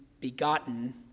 begotten